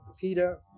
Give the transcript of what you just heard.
Peter